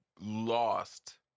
lost